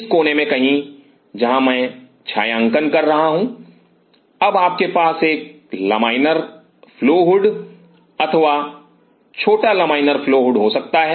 इस कोने में कहीं जहाँ मैं छायांकन कर रहा हूँ अब आपके पास एक लमाइनर फ्लो हुड अथवा छोटा लमाइनर फ्लो हुड हो सकता है